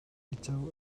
uico